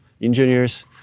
engineers